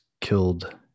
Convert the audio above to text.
killed